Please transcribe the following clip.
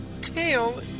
tail